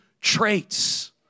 traits